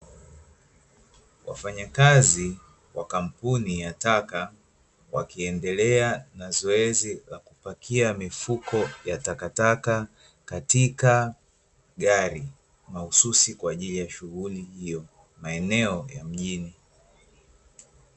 Wafanyakazi wa kampuni ya taka wakiendelea na zoezi la kupakia mifuko ya takataka katika gari, mahususi kwa ajili ya shughuli hiyo maeneo ya mjini.